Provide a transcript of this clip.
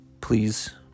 Please